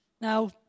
Now